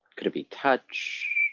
could be touch,